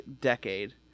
decade